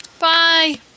Bye